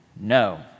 No